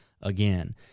again